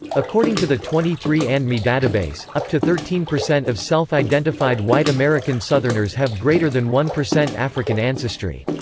according to the twenty three andme database, up to thirteen percent of self-identified white american southerners have greater than one percent african ancestry.